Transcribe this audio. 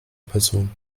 person